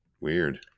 Weird